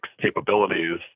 capabilities